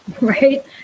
right